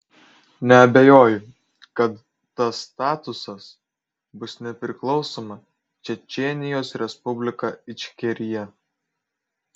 neabejoju kad tas statusas bus nepriklausoma čečėnijos respublika ičkerija